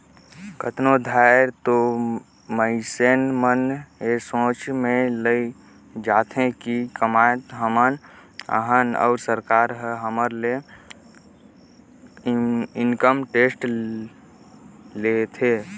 कतनो धाएर तो मइनसे मन ए सोंचे में लइग जाथें कि कमावत हमन अहन अउ सरकार ह हमर ले इनकम टेक्स लेथे